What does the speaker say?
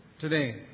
today